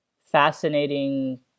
fascinating